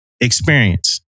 experience